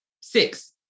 six